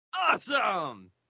Awesome